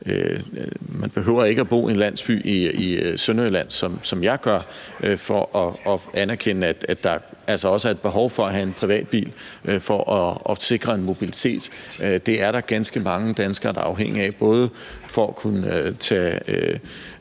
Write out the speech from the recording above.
Man behøver ikke at bo i en landsby i Sønderjylland, som jeg gør, for at anerkende, at der altså også er et behov for at have en privatbil for at sikre en mobilitet. Det er der ganske mange danskere der er afhængige af, både for at kunne tage